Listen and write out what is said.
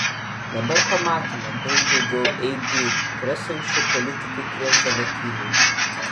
dabar pamatoma daug daugiau eibių kurias anksčiau politikai krėsdavo tyliai